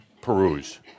Peruse